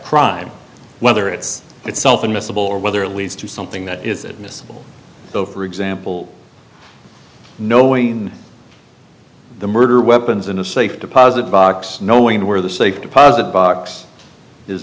crime whether it's itself unmissable or whether it leads to something that is admissible so for example knowing the murder weapons in a safe deposit box knowing where the safe deposit box is